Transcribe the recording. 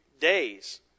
days